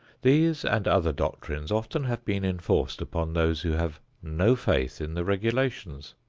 these and other doctrines often have been enforced upon those who have no faith in the regulations.